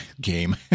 game